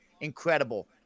incredible